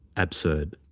absurd.